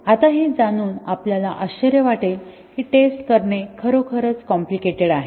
आता हे जाणून आपल्याला आश्चर्य वाटेल की टेस्ट करणे खरोखर कॉम्प्लिकेटेड आहे